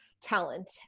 talent